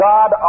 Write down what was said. God